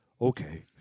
Okay